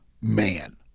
man